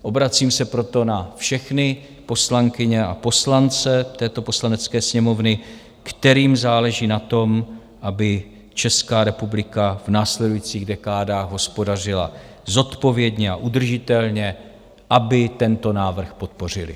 Obracím se proto na všechny poslankyně a poslance této Poslanecké sněmovny, kterým záleží na tom, aby Česká republika v následujících dekádách hospodařila zodpovědně a udržitelně, aby tento návrh podpořili.